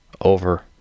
over